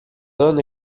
donna